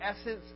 essence